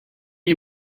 you